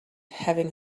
having